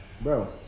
Bro